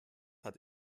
hat